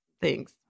Thanks